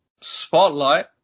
spotlight